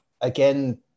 again